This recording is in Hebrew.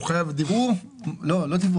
הוא חייב לקבל אישור.